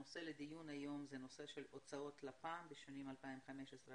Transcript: הנושא לדיון היום זה הנושא של הוצאות לפ"מ בשנים 2020-2015,